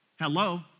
Hello